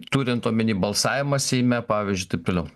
turint omeny balsavimą seime pavyzdžiui taip toliau